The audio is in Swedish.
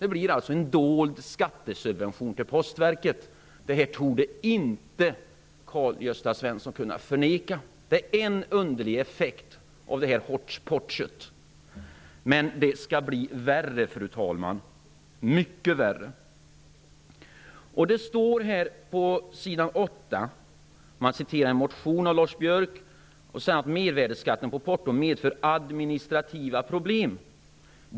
Det blir alltså en dold skattesubvention till Postverket. Det torde inte Karl-Gösta Svenson kunna förneka. Det är en underlig effekt av detta hotchpotch. Men det skall bli mycket värre, fru talman. På s. 8 i betänkandet citerar man en motion av Lars Biörck. Där säger han att mervärdesskatten på porto medför administrativa problem.